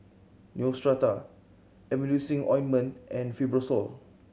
Neostrata Emulsying Ointment and Fibrosol